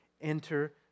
enter